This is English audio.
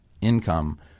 income